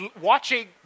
watching